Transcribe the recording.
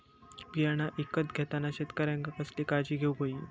बियाणा ईकत घेताना शेतकऱ्यानं कसली काळजी घेऊक होई?